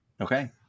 Okay